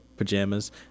pajamas